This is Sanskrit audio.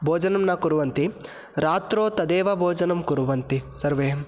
भोजनं न कुर्वन्ति रात्रौ तदेव भोजनं कुर्वन्ति सर्वे